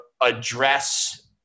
address